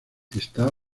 está